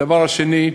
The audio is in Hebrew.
הדבר השני,